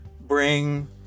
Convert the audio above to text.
bring